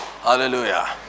hallelujah